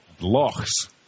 locks